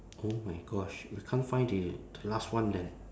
oh my gosh we can't find the the last one then